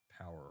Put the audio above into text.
power